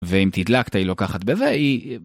ואם תדלקת היא לוקחת בב